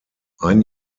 ein